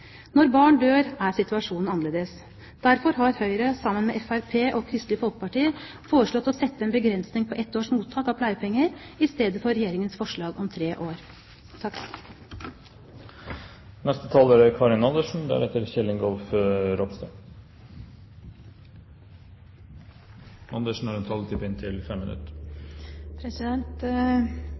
Når barn dør, er situasjonen annerledes. Derfor har Høyre sammen med Fremskrittspartiet og Kristelig Folkeparti foreslått å sette en begrensning på ett års mottak av pleiepenger i stedet for Regjeringens forslag om tre år. Vi i SV er veldig glad for de lovendringene som Regjeringen har